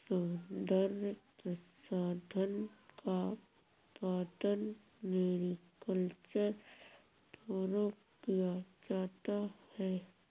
सौन्दर्य प्रसाधन का उत्पादन मैरीकल्चर द्वारा किया जाता है